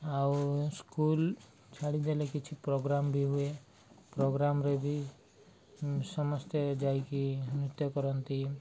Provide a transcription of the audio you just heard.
ଆଉ ସ୍କୁଲ୍ ଛାଡ଼ିଦେଲେ କିଛି ପ୍ରୋଗ୍ରାମ୍ ବି ହୁଏ ପ୍ରୋଗ୍ରାମ୍ରେ ବି ସମସ୍ତେ ଯାଇକି ନୃତ୍ୟ କରନ୍ତି